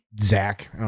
Zach